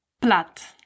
plat